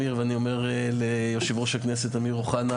ואני אומר ליושב-ראש הכנסת אמיר אוחנה,